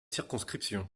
circonscription